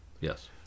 Yes